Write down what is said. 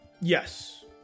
yes